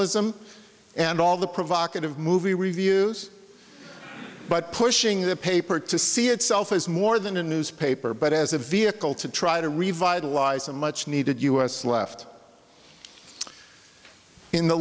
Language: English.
sm and all the provocative movie reviews but pushing the paper to see itself as more than a newspaper but as a vehicle to try to revitalize a much needed us left in the